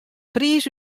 priis